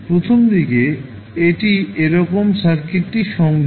প্রথমদিকে এটি এরকম সার্কিটটি সংযুক্ত